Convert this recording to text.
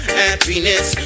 happiness